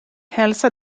hälsa